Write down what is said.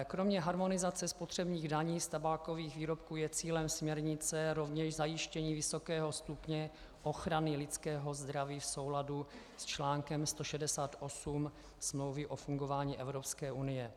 Kromě harmonizace spotřebních daní z tabákových výrobků je cílem směrnice rovněž zajištění vysokého stupně ochrany lidského zdraví v souladu s článkem 168 Smlouvy o fungování Evropské unie.